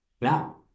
Now